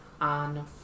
on